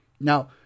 Now